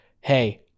hey